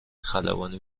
خلبانی